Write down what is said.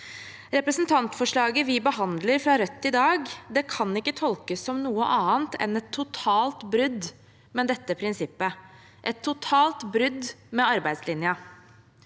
Representantforslaget fra Rødt, som vi behandler i dag, kan ikke tolkes som noe annet enn et totalt brudd med dette prinsippet – et totalt brudd med arbeidslinja.